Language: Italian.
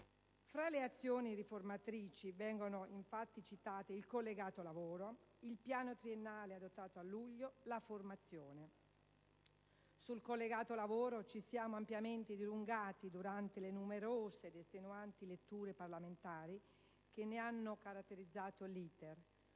Fra le azioni riformatrici vengono infatti citati il collegato lavoro, il piano triennale adottato a luglio, la formazione. Sul collegato lavoro ci siamo ampiamente dilungati durante le numerose ed estenuanti letture parlamentari che ne hanno caratterizzato l'*iter.*